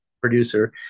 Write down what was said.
producer